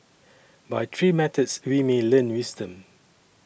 by three methods we may learn wisdom